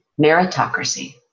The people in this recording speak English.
Meritocracy